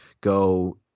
go